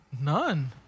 None